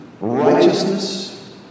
righteousness